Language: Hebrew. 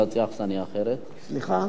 אני רוצה